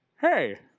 hey